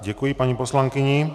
Děkuji paní poslankyni.